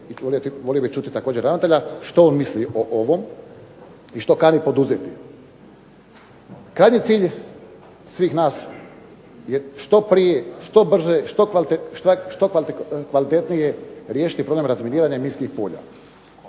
i volio bih čuti ravnatelja što on misli o ovom i što kani poduzeti? Krajnji cilj je svih nas da što prije, što brže, što kvalitetnije riješiti problem razminiranja i minskih polja.